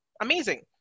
amazing